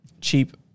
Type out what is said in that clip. cheap